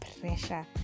pressure